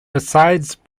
besides